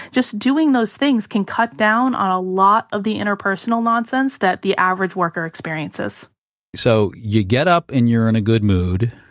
just doing those things can cut down a lot of the interpersonal nonsense that the average worker experiences so you get up in you're in a good mood.